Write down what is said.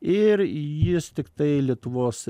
ir jis tiktai lietuvos